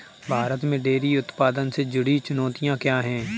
भारत में डेयरी उत्पादन से जुड़ी चुनौतियां क्या हैं?